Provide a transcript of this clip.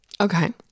Okay